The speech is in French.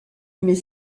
mais